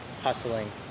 hustling